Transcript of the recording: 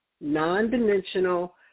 non-dimensional